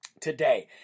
today